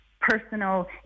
personal